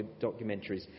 documentaries